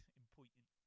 important